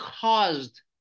caused